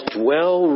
dwell